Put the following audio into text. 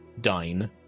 dine